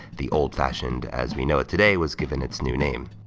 the old fashioned, as we know it today, was given its new name.